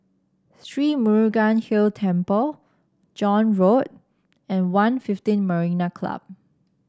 Sri Murugan Hill Temple John Road and One fifteen Marina Club